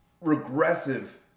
regressive